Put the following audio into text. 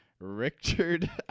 Richard